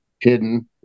hidden